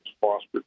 fostered